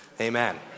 amen